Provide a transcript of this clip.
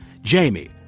Jamie